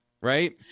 Right